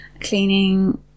cleaning